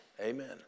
Amen